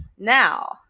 Now